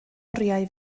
oriau